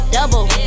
Double